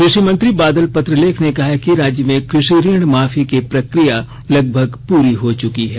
कृषि मंत्री बादल पत्रलेख ने कहा है कि राज्य में कृषि ऋण माफी की प्रकिया लगभग पूरी हो चुकी है